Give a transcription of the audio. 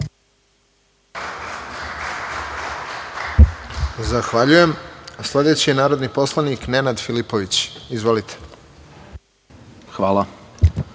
Zahvaljujem. Sledeći je narodni poslanik Nenad Filipović. Izvolite. **Nenad